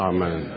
Amen